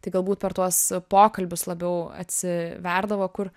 tai galbūt per tuos pokalbius labiau atsiverdavo kur